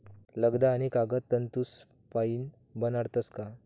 लगदा आणि कागद तंतूसपाईन बनाडतस का